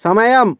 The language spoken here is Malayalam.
സമയം